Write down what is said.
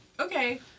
Okay